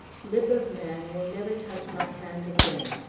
lip of man will never touch my hand again.